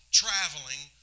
traveling